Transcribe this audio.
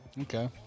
Okay